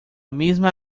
misma